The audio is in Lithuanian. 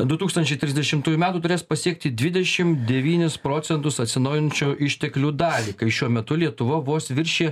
du tūkstančiai trisdešimtųjų metų turės pasiekti dvidešimt devynis procentus atsinaujinančių išteklių dalį kai šiuo metu lietuva vos viršija